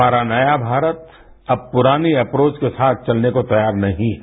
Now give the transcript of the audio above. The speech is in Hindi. हमारा नया भारत अब पुरानी अप्रोच के साथ चलने को तैयार नहीं है